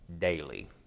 daily